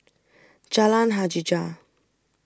Jalan Hajijah